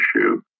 issue